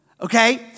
okay